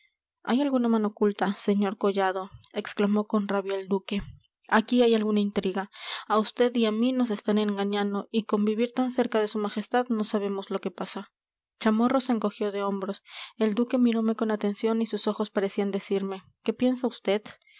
hay alguna mano oculta sr collado exclamó con rabia el duque aquí hay alguna intriga a vd y a mí nos están engañando y con vivir tan cerca de su majestad no sabemos lo que pasa chamorro se encogió de hombros el duque mirome con atención y sus ojos parecían decirme qué piensa